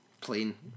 plain